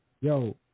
Yo